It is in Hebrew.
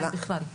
אם בכלל.